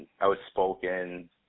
outspoken